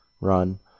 run